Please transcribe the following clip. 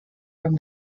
from